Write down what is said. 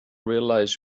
realize